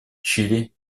чили